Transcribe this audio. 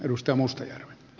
arvoisa puhemies